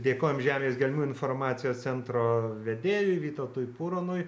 dėkojam žemės gelmių informacijos centro vedėjui vytautui puronui